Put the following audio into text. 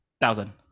thousand